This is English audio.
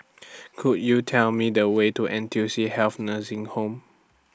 Could YOU Tell Me The Way to N T U C Health Nursing Home